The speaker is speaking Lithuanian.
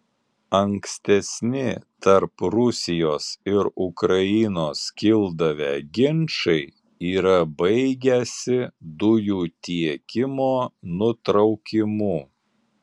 ankstesni tarp rusijos ir ukrainos kildavę ginčai yra baigęsi dujų tiekimo nutraukimu